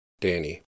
Danny